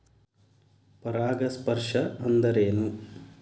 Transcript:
ಪರಾಗಸ್ಪರ್ಶ ಅಂದರೇನು?